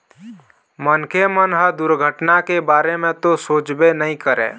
मनखे मन ह दुरघटना के बारे म तो सोचबे नइ करय